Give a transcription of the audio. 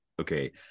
okay